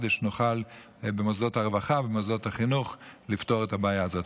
כדי שנוכל במוסדות הרווחה ובמוסדות החינוך לפתור את הבעיה הזאת.